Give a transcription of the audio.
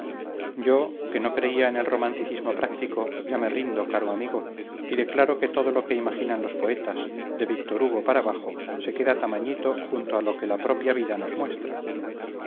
yo que no creía en el romanticismo práctico ya me rindo caro amigo y declaro que todo lo que imaginan los poetas de víctor hugo para abajo se queda tamañito junto a lo que la propia vida nos muestra